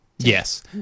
Yes